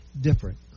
different